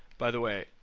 by the way,